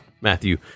matthew